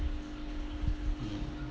mm